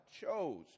chose